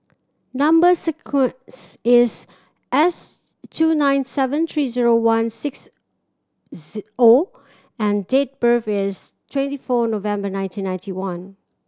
number sequence is S two nine seven three zero one six O and date birth is twenty four November nineteen ninety one